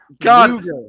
god